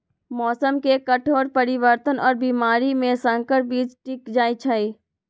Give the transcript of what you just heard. मौसम के कठोर परिवर्तन और बीमारी में संकर बीज टिक जाई छई